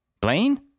Blaine